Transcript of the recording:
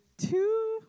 Two